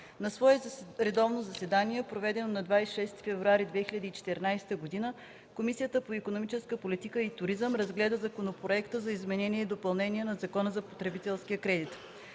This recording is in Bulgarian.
На свое редовно заседание, проведено на 26 февруари 2014 г., Комисията по икономическата политика и туризъм разгледа Законопроекта за изменение и допълнение на Закона за потребителския кредит.